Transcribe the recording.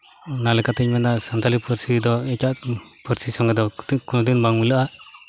ᱚᱱᱟ ᱞᱮᱠᱟᱛᱤᱧ ᱢᱮᱱᱟ ᱥᱟᱱᱛᱟᱲᱤ ᱯᱟᱹᱨᱥᱤ ᱫᱚ ᱮᱴᱟᱜ ᱯᱟᱹᱨᱥᱤ ᱥᱚᱸᱜᱮ ᱫᱚ ᱠᱳᱱᱚ ᱫᱤᱱ ᱵᱟᱝ ᱢᱤᱞᱟᱹᱜᱼᱟ